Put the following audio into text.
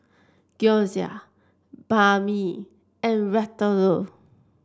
Gyoza Banh Mi and Ratatouille